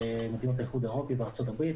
מדינות האיחוד האירופי וארצות הברית.